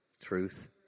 Truth